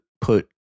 put